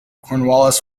cornwallis